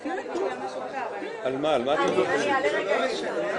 העברית שלומדים בקורס הנגשת מידע למקבלי ההחלטות שנמצאים איתנו.